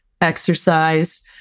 exercise